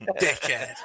Dickhead